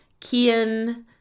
Kian